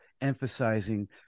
emphasizing